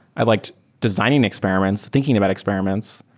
i liked designing experiments, thinking about experiments,